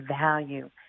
value